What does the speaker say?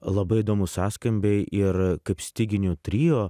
labai įdomūs sąskambiai ir kaip styginių trio